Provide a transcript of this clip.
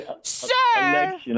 Sir